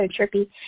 trippy